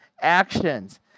actions